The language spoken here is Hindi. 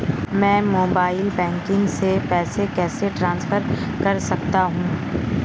मैं मोबाइल बैंकिंग से पैसे कैसे ट्रांसफर कर सकता हूं?